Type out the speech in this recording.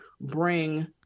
bring